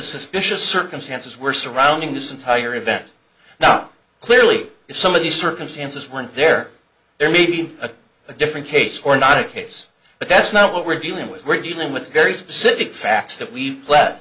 suspicious circumstances were surrounding this entire event not clearly some of the circumstances weren't there there may be a different case or not a case but that's not what we're dealing with we're dealing with very specific facts that we let